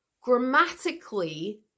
Grammatically